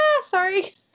sorry